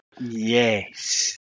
Yes